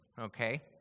okay